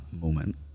moment